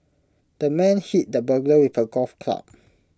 the man hit the burglar with A golf club